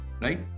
right